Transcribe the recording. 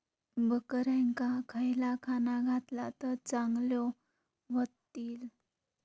बकऱ्यांका खयला खाणा घातला तर चांगल्यो व्हतील?